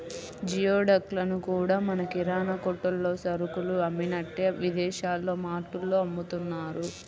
geoduck లను కూడా మన కిరాణా కొట్టుల్లో సరుకులు అమ్మినట్టే విదేశాల్లో మార్టుల్లో అమ్ముతున్నారు